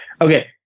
Okay